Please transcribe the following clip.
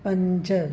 पंज